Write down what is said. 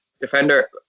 defender